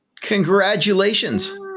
Congratulations